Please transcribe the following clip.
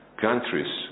countries